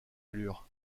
allures